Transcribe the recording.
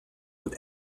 with